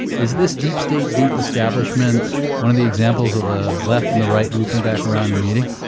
is this deep state, deep establishment one of the examples of the left and the right looping back around and meeting?